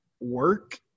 work